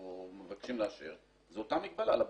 מבקשים לאשר זה אותה מגבלה לבין-לאומי.